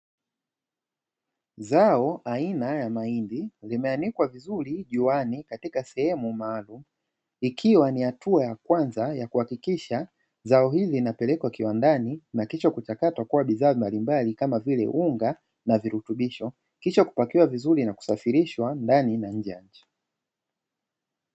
Zao aina ya mahindi limeanikwa vizuri juani katika sehemu maalumu, ikiwa ni hatua ya kwanza ya kuhakiisha zao hili linapelekwa kiwandani na kisha linachakatwa na kuwa bidhaa mbalimbali kama vile unga na virutubisho, kisha kupakiwa vizuri na kusafirishwa kwenda ndani au nje ya mtinje ya nchi.